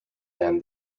than